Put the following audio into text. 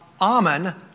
Amen